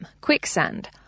quicksand